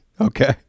Okay